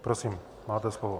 Prosím, máte slovo.